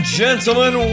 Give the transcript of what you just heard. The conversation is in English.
gentlemen